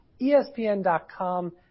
ESPN.com